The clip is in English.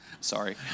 sorry